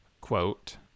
quote